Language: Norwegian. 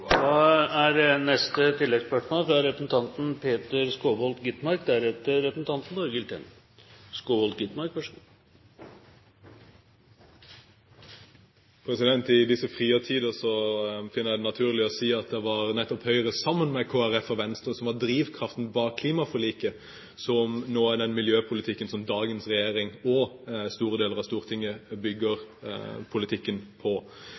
Peter Skovholt Gitmark – til oppfølgingsspørsmål. I disse friertider finner jeg det naturlig å si at det var nettopp Høyre, sammen med Kristelig Folkeparti og Venstre, som var drivkraften bak klimaforliket, som nå er den miljøpolitikken som dagens regjering og store deler av Stortinget bygger politikken på.